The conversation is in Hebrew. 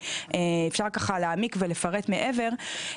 ואפשר להעמיק ולפרט מעבר,